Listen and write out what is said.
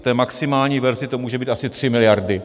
V té maximální verzi to může být asi 3 miliardy.